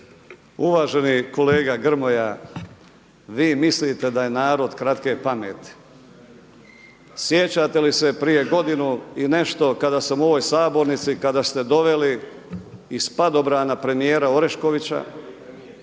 Uvaženi kolega Grmoja, vi mislite da je narod kratke pameti. Sjećate li se prije godinu i nešto kada sam u ovoj sabornici, kada ste doveli iz padobrana premijer Oreškovića